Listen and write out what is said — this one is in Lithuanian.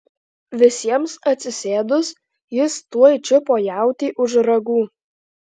visiems atsisėdus jis tuoj čiupo jautį už ragų